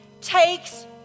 takes